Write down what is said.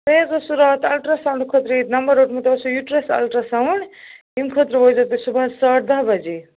تۄہہِ حظ ٲسُو راتھ اَلٹرٛا ساوُنٛڈٕ خٲطرٕ ییٚتہِ نمبَر روٚٹمُت تۄہہِ اوسوُ یُٹرٮ۪س اَلٹرٛا ساوُنٛڈ اَمہِ خٲطرٕ وٲتۍزیو تُہۍ صُبحَس ساڑٕ داہ بَجے